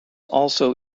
also